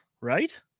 right